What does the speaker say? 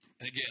Again